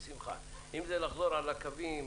אני מציע שכן תסבירי